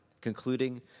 concluding